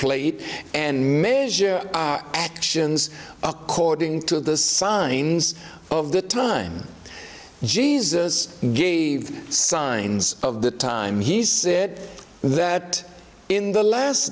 contemplate and measure our actions according to the signs of the time jesus gave signs of the time he said that in the last